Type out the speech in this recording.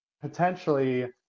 potentially